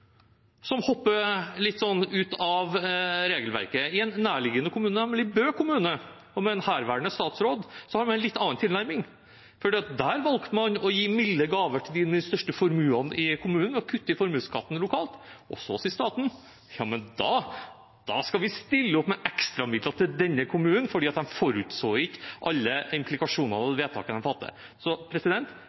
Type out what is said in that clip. som hopper litt ut av regelverket. I en nærliggende kommune, nemlig Bø kommune, og med en herværende statsråd, hadde man en litt annen tilnærming. Der valgte man å gi milde gaver til dem med de største formuene i kommunen ved å kutte i formuesskatten lokalt. Så sier staten: Ja, men da skal vi stille opp med ekstra midler til denne kommunen fordi de ikke forutså alle implikasjonene av vedtakene de fattet. Så